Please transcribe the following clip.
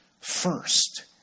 First